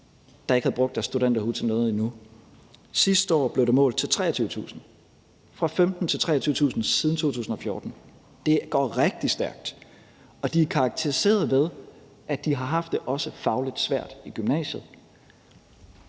endnu ikke havde brugt deres studenterhue til noget, og sidste år blev det målt til 23.000 unge – altså fra 15.000 til 23.000 siden 2014. Det går rigtig stærkt. Og de er karakteriseret ved, at de også har haft det fagligt svært i gymnasiet.